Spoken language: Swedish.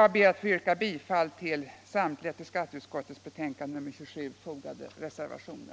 Jag ber att få yrka bifall till samtliga vid skatteutskottets betänkande nr 27 fogade reservationer.